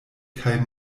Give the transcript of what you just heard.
kaj